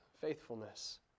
faithfulness